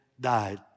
died